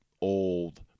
old